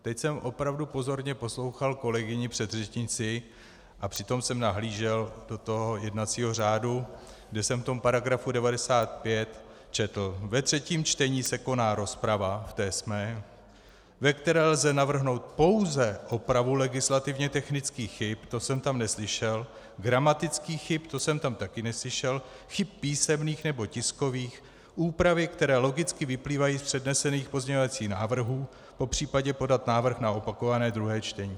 Teď jsem pozorně poslouchal kolegyni předřečnici a přitom jsem nahlížel do jednacího řádu, kde jsem v § 95 četl: ve třetím čtení se koná rozprava v té jsme , ve které lze navrhnout pouze opravu legislativně technických chyb to jsem tam neslyšel, gramatických chyb to jsem tam také neslyšel, chyb písemných nebo tiskových, úpravy, které logicky vyplývají z přednesených pozměňovacích návrhů, popřípadě podat návrh na opakované druhé čtení.